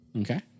Okay